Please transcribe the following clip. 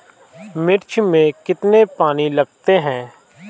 मिर्च में कितने पानी लगते हैं?